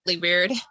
weird